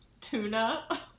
tuna